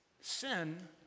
Sin